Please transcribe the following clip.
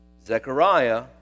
Zechariah